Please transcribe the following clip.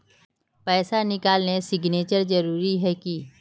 पैसा निकालने सिग्नेचर जरुरी है की?